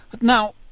now